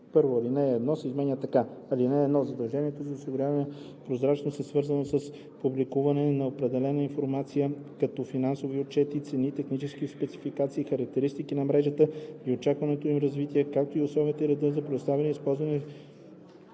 1. Алинея 1 се изменя така: „(1) Задължението за осигуряване на прозрачност е свързано с публикуване на определена информация, като: финансови отчети, цени, технически спецификации, характеристики на мрежата и очакваното им развитие, както и условия и ред за предоставяне и използване,